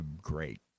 great